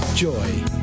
Joy